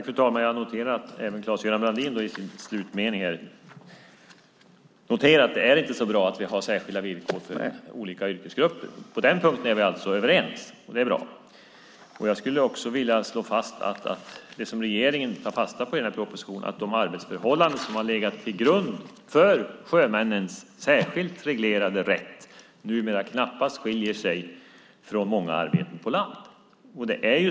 Fru talman! Jag noterar att även Claes-Göran Brandin i sin slutmening konstaterar att det inte är så bra att vi har särskilda villkor för olika yrkesgrupper. På den punkten är vi alltså överens, och det är bra. I propositionen tar regeringen fasta på att sjömännens arbetsförhållanden, som har legat till grund för deras särskilt reglerade rätt, numera knappast skiljer sig från många på land.